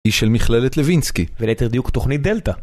היא של מכללת לוינסקי וליתר דיוק תוכנית דלתא